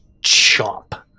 chomp